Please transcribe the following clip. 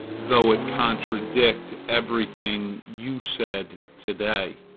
though it contradict every thing you said to-day